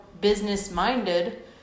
business-minded